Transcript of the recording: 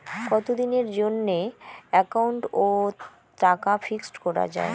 কতদিনের জন্যে একাউন্ট ওত টাকা ফিক্সড করা যায়?